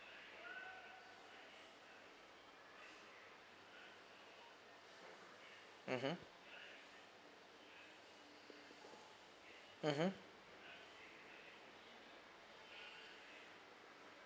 mmhmm mmhmm